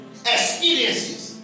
Experiences